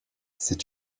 c’est